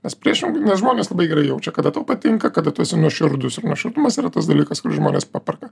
nes priešingai nes žmonės labai gerai jaučia kada tau patinka kada tu esi nuoširdus ir nuoširdumas yra tas dalykas kuris žmones paperka